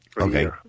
Okay